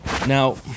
Now